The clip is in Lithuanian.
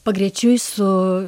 pagrečiui su